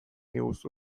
diguzu